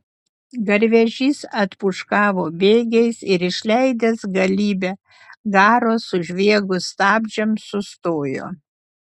garvežys atpūškavo bėgiais ir išleidęs galybę garo sužviegus stabdžiams sustojo